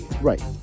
Right